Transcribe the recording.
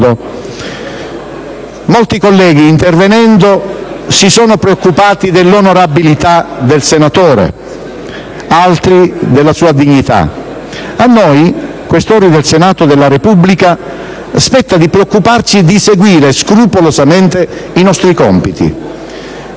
Molti colleghi intervenendo si sono preoccupati dell'onorabilità del senatore, altri della sua dignità; a noi, Questori del Senato della Repubblica, spetta di preoccuparci di seguire scrupolosamente i nostri compiti,